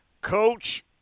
coach